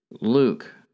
Luke